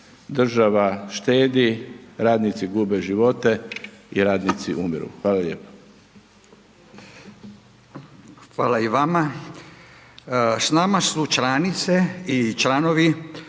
država štedi, radnici gube živote i radnici umiru. Hvala lijepo. **Radin, Furio (Nezavisni)** Hvala i vama. S nama su članice i članovi